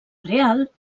real